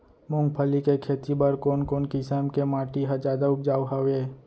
मूंगफली के खेती बर कोन कोन किसम के माटी ह जादा उपजाऊ हवये?